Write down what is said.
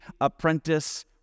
apprentice